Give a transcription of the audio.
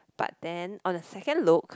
but then on the second look